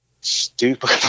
stupid